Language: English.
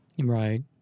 Right